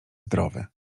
zdrowy